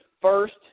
first